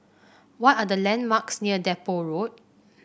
what are the landmarks near Depot Road